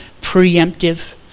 preemptive